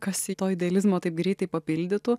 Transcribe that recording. kas to idealizmo taip greitai papildytų